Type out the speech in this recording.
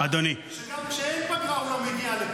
שגם כשאין פגרה הם לא מגיעים,